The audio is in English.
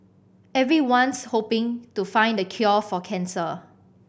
everyone's hoping to find the cure for cancer